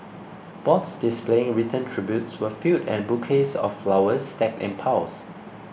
boards displaying written tributes were filled and bouquets of flowers stacked in piles